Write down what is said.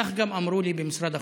ככה גם אמרו לי במשרד החוץ.